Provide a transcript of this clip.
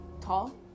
tall